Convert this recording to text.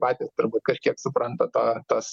patys turbūt kažkiek supranta tą tos